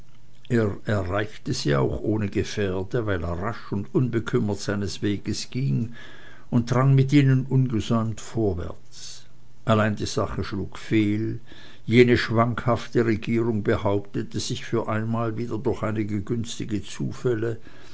erreichte sie auch ohne gefährde weil er rasch und unbekümmert seinen weg ging und drang mit ihnen ungesäumt vorwärts allein die sache schlug fehl jene schwankhafte regierung behauptete sich für diesmal wieder durch einige günstige zufälle